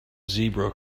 zebra